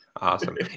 Awesome